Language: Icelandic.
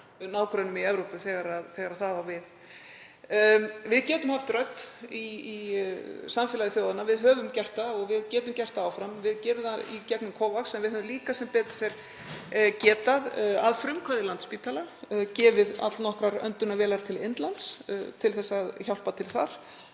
nágrönnum í Evrópu þegar það á við. Við getum haft rödd í samfélagi þjóðanna. Við höfum haft það og við getum haft það áfram. Við gerum það í gegnum COVAX en við höfum líka sem betur fer getað gefið, að frumkvæði Landspítala, allnokkrar öndunarvélar til Indlands til að hjálpa til þar